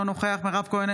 אינו נוכח מירב כהן,